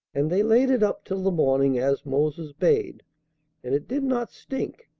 and they laid it up till the morning, as moses bade and it did not stink,